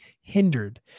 hindered